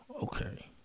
okay